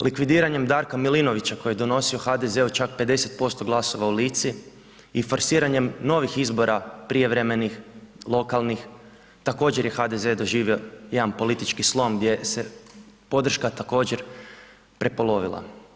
Likvidiranjem Darka Milinovića koji je donosio HDZ-u čak 50% glasova u Lici i forsiranjem novih izbora prijevremenih lokalnih, također je HDZ doživio jedan politički slom gdje se podrška također prepolovila.